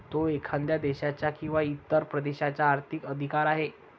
तो एखाद्या देशाचा किंवा इतर प्रदेशाचा आर्थिक अधिकार आहे